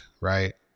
right